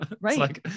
right